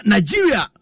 Nigeria